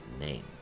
name